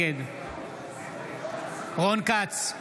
נגד רון כץ,